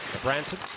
Branson